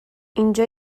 اینجا